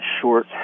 short